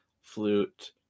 flute